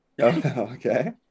okay